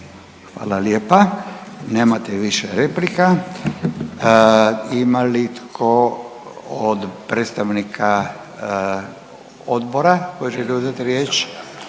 Hvala lijepa. Nemate više replika. Ima li tko od predstavnika odbora koji želi uzeti riječ?